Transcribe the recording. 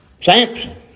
Samson